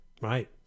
Right